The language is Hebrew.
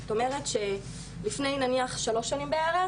זאת אומרת שלפני נניח שלוש שנים בערך,